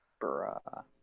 Bruh